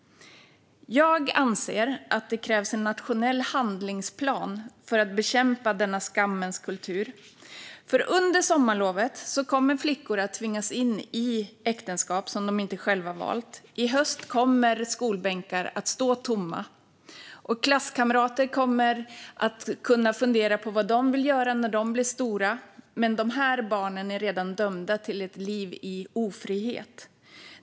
Jag anser att det krävs en nationell handlingsplan för att bekämpa denna skammens kultur. Under sommarlovet kommer flickor att tvingas in i äktenskap som de inte själva har valt. I höst kommer skolbänkar att stå tomma. Deras klasskamrater kan fundera på vad de ska bli när de blir stora, men dessa barn är redan dömda till ett liv i ofrihet.